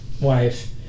wife